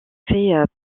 fait